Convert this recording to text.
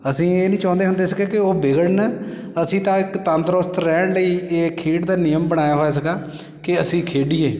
ਅਸੀਂ ਇਹ ਨਹੀਂ ਚਾਹੁੰਦੇ ਹੁੰਦੇ ਸੀਗੇ ਕਿ ਉਹ ਵਿਗੜਨ ਅਸੀਂ ਤਾਂ ਇੱਕ ਤੰਦਰੁਸਤ ਰਹਿਣ ਲਈ ਇਹ ਖੇਡ ਦਾ ਨਿਯਮ ਬਣਾਇਆ ਹੋਇਆ ਸੀਗਾ ਕਿ ਅਸੀਂ ਖੇਡੀਏ